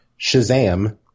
Shazam